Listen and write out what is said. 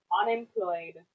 unemployed